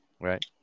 Right